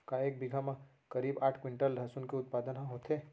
का एक बीघा म करीब आठ क्विंटल लहसुन के उत्पादन ह होथे?